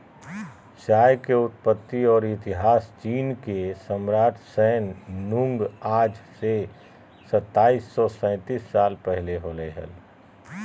चाय के उत्पत्ति और इतिहासचीनके सम्राटशैन नुंगआज से सताइस सौ सेतीस साल पहले होलय हल